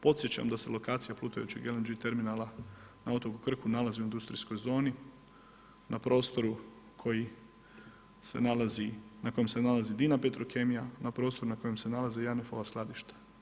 Podsjećam da se lokacija plutajućeg LNG terminala na otoku Krku nalazi u industrijskoj zoni, na prostoru kojem se nalazi DINA Petrokemija, na prostoru na kojem se nalaze JANAF-ova skladišta.